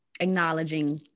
acknowledging